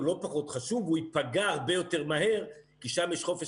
לא פחות חשוב והוא ייפגע הרבה יותר מהר כי שם יש חופש